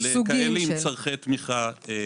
לצורכי תמיכה גבוהים.